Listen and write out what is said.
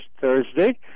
Thursday